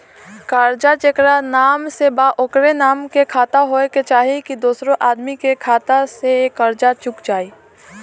कर्जा जेकरा नाम से बा ओकरे नाम के खाता होए के चाही की दोस्रो आदमी के खाता से कर्जा चुक जाइ?